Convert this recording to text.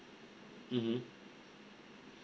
mm